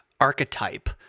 archetype